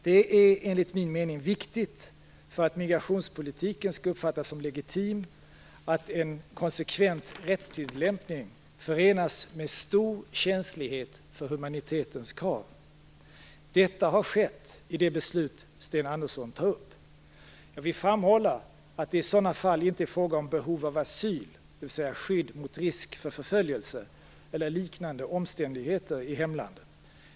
Det är enligt min mening viktigt för att migrationspolitiken skall uppfattas som legitim att en konsekvent rättstillämpning förenas med stor känslighet för humanitetens krav. Detta har skett i det beslut som Sten Andersson tar upp. Jag vill framhålla att det i sådana fall inte är fråga om behov av asyl, dvs. om skydd mot risk för förföljelse eller liknande omständigheter i hemlandet.